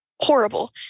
horrible